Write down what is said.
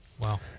Wow